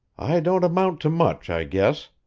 i don't amount to much, i guess,